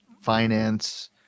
finance